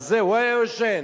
אז זהו, הוא ישן.